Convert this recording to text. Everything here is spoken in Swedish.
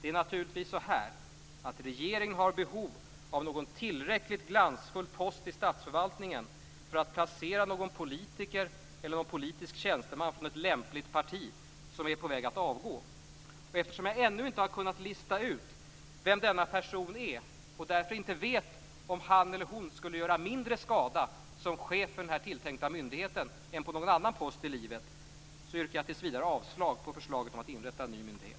Det är naturligtvis så att regeringen har behov av någon tillräckligt glansfull post i statsförvaltningen för att placera någon politiker eller politisk tjänsteman från ett lämpligt parti som är på väg att avgå. Eftersom jag ännu inte har kunnat lista ut vem denna person är - och därför inte vet om han eller hon skulle göra mindre skada som chef för den här tilltänkta myndigheten än på någon annan post i livet - yrkar jag tills vidare avslag på förslaget om att inrätta en ny myndighet.